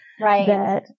right